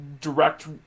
direct